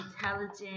intelligent